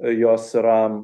jos yra